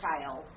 child